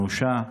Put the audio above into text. אנושה.